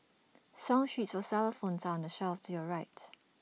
song sheets for xylophones are on the shelf to your right